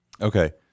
Okay